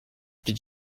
did